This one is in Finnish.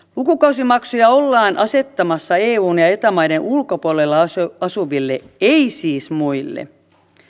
lukukausimaksuja ollaan asettamassa eu ja eta maiden ulkopuolella asuville ei siis muille